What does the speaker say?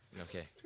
Okay